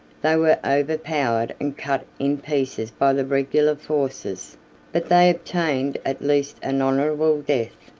they were overpowered and cut in pieces by the regular forces but they obtained at least an honorable death,